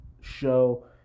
show